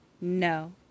no